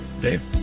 Dave